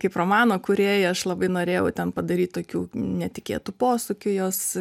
kaip romano kūrėja aš labai norėjau ten padaryt tokių netikėtų posūkių jos